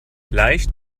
leicht